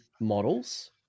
models